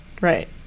Right